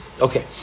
Okay